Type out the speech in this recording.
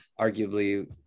arguably